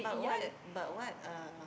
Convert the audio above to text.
but what but what uh